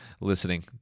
listening